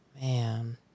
Man